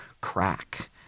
crack